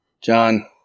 John